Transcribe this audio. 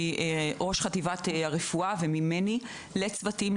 שהיא ראש חטיבת הרפואה וממני לצוותים.